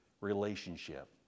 relationship